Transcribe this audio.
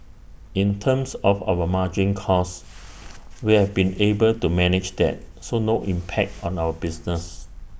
in terms of our margin costs we have been able to manage that so no impact on our business